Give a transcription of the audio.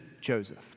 Joseph